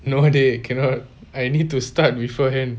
no dey cannot I need to start beforehand